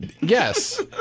Yes